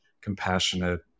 compassionate